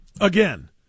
Again